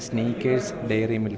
snickers diary milk